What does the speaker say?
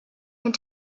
and